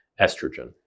estrogen